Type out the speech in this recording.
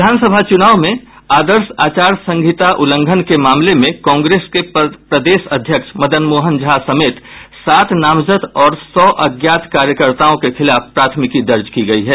विधानसभा चुनाव में आदर्श आचार संहित उल्लंघन के मामले में कांग्रेस के प्रदेश अध्यक्ष मदन मोहन झा समेत सात नामजद और सौ अज्ञात कार्यकर्ताओं के खिलाफ प्राथमिकी दर्ज की गई है